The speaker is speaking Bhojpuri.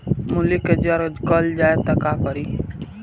मूली के जर गल जाए त का करी?